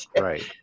Right